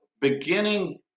beginning